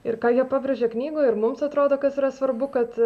ir ką jie pabrėžė knygoje ir mums atrodo kas yra svarbu kad